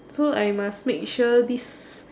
so I must make sure these